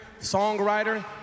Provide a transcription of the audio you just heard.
songwriter